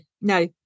No